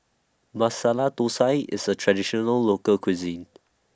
Masala Thosai IS A Traditional Local Cuisine